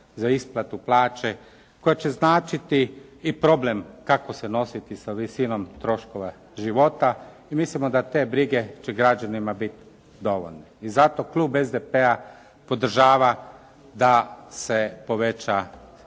za isplatu plaće koja će značiti i problem kako se nositi sa visinom troškova života i mislimo da te brige će građanima biti dovoljne. I zato klub SDP-a podržava da se poveća